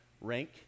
rank